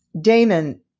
Damon